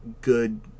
good